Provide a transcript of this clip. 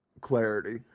clarity